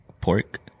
pork